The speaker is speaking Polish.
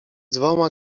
dwoma